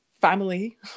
Family